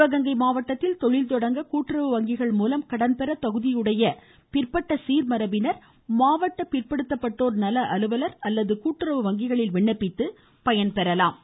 சிவகங்கை மாவட்டத்தில் தொழில் தொடங்க கூட்டுறவு வங்கிகள் மூலம் கடன்பெற தகுதியுடைய பிற்பட்ட சீர்மரபினர் மாவட்ட பிற்படுத்தப்பட்டோர் நல அலுவலர் அல்லது கூட்டுறவு வங்கிகளில் விண்ணப்பித்து பயன்பெறுமாறு ஆட்சித்தலைவர் திரு